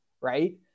right